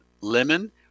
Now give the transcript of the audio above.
lemon